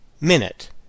minute